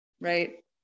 right